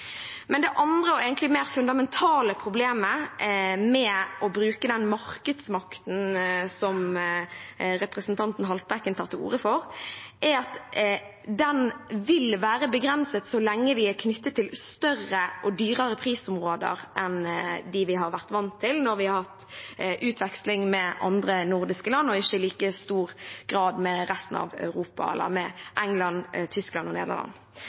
Det andre og egentlig mer fundamentale problemet med å bruke den markedsmakten som representanten Haltbrekken tar til orde for, er at den vil være begrenset så lenge vi er knyttet til større og dyrere prisområder enn dem vi har vært vant til når vi har hatt utveksling med andre nordiske land, og ikke i like stor grad med Europa – England, Tyskland og Nederland.